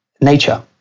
nature